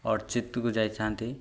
ଅର୍ଚିତକୁ ଯାଇଥାନ୍ତି